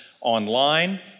online